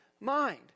mind